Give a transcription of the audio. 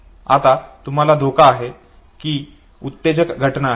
आता तुम्हाला धोका आहे ही उत्तेजक घटना आहे